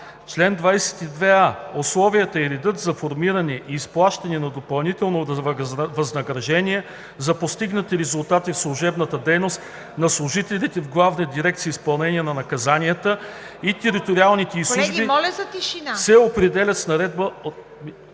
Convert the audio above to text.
Колеги, моля за тишина